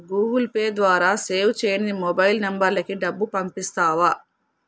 Google Pay ద్వారా సేవ్ చేయని మొబైల్ నంబర్లకి డబ్బు పంపిస్తావా